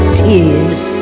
tears